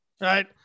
right